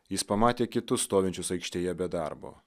jis pamatė kitus stovinčius aikštėje be darbo